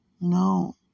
no